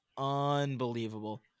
unbelievable